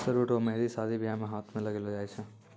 सरु रो मेंहदी शादी बियाह मे हाथ मे लगैलो जाय छै